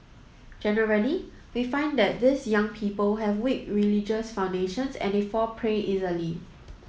generally we find that these young people have weak religious foundations and they fall prey easily